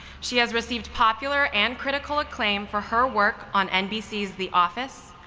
she has received popular and critical acclaim for her work on nbc's the office,